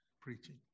preaching